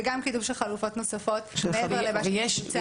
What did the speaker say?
וגם קידום של חלופות נוספות מעבר למה שמוצג היום.